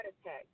attack